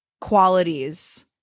qualities